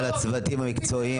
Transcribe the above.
תודה רבה לצוותים המקצועיים,